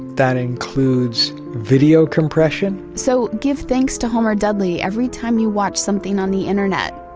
that includes video compression so give thanks to homer dudley every time you watch something on the internet.